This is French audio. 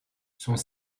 sont